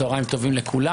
צוהריים טובים לכולם.